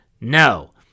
No